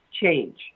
change